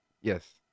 Yes